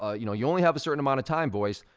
ah you know, you only have a certain amount of time voice,